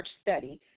study